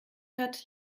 hat